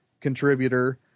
contributor